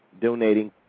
donating